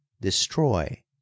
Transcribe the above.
destroy